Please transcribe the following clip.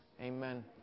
Amen